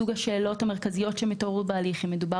סוג השאלות המרכזיות שמתעוררות בהליך אם מדובר